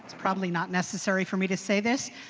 probably not necessary for me to say this.